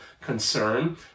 concern